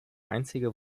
einzige